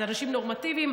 זה אנשים נורמטיביים.